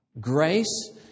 Grace